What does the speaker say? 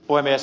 puhemies